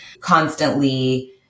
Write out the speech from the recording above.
constantly